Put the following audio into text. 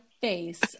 face